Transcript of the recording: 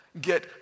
get